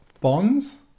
bonds